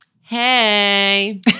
hey